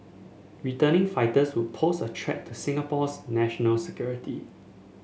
returning fighters would pose a threat to Singapore's national security